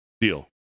deal